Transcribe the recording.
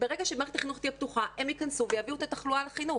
וברגע שמערכת החינוך תהיה פתוחה הם ייכנסו ויביאו את התחלואה לחינוך.